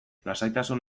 lasaitasun